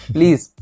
Please